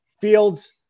fields